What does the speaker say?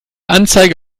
anzeige